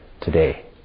today